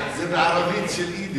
זה בערבית של יידיש.